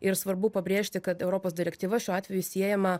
ir svarbu pabrėžti kad europos direktyva šiuo atveju siejama